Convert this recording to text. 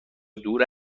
دور